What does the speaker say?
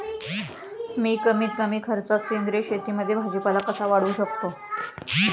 मी कमीत कमी खर्चात सेंद्रिय शेतीमध्ये भाजीपाला कसा वाढवू शकतो?